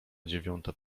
dziewiąta